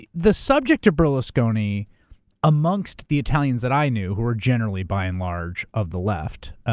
the the subject of berlusconi amongst the italians that i knew, who were generally by and large of the left,